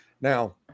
Now